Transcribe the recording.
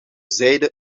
zijden